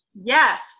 Yes